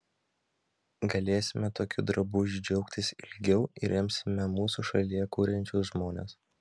galėsime tokiu drabužiu džiaugtis ilgiau ir remsime mūsų šalyje kuriančius žmones